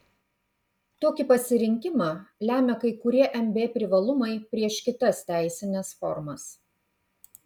tokį pasirinkimą lemia kai kurie mb privalumai prieš kitas teisines formas